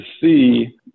see